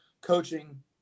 coaching